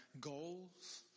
goals